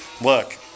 Look